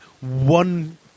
one